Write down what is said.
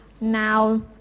now